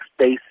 space